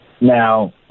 Now